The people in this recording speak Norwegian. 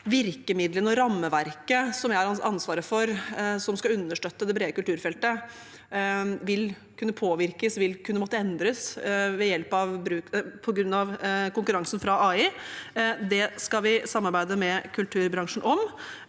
virkemidlene og rammeverket som jeg har ansvaret før, og som skal understøtte det brede kulturfeltet, vil kunne påvirkes og vil kunne måtte endres på grunn av konkurransen fra AI. Det skal vi samarbeide med kulturbransjen om.